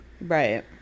Right